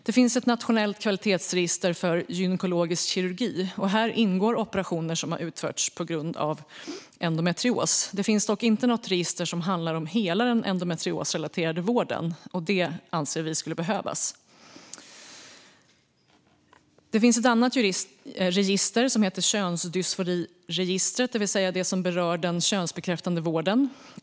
Det finns ett nationellt kvalitetsregister för gynekologisk kirurgi. Här ingår operationer som har utförts på grund av endometrios. Det finns dock inte något register som täcker hela den endometriosrelaterade vården, vilket vi anser skulle behövas. Det finns även ett könsdysforiregister, som berör den könsbekräftande vården.